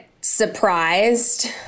surprised